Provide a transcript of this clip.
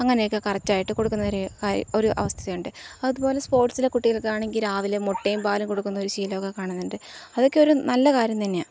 അങ്ങനെയൊക്കെ കറക്റ്റായിട്ട് കൊടുക്കുന്നൊരു ഒരു അവസ്ഥയുണ്ട് അതുപോലെ സ്പോർട്സിലെ കുട്ടികൾക്കാണെങ്കില് രാവിലെ മുട്ടയും പാലും കൊടുക്കുന്ന ഒരു ശീലമൊക്കെ കാണുന്നുണ്ട് അതൊക്കെ ഒരു നല്ല കാര്യം തന്നെയാണ്